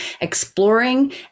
exploring